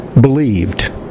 believed